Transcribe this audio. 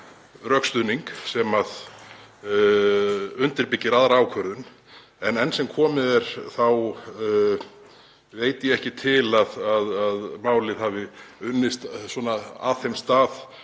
rökstuðning sem undirbyggir aðra ákvörðun. En enn sem komið er þá veit ég ekki til að málið hafi unnist að þeim stað